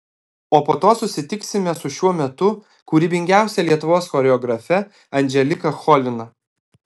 o po to susitiksime su šiuo metu kūrybingiausia lietuvos choreografe andželika cholina